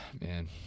man